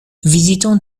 viziton